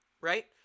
Right